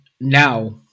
now